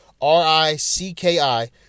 R-I-C-K-I